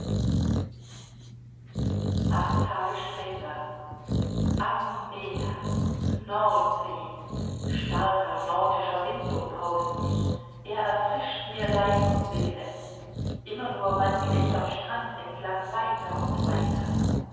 acht tage später am meer nordsee starker nordischer wind umbraust mich er erfrischt mir leib und seele immer nur wandle ich am strand entlang weiter und weiter